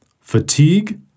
Fatigue